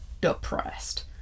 depressed